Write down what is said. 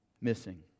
missing